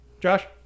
Josh